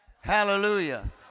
Hallelujah